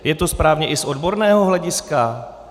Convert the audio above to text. Je to správně i z odborného hlediska?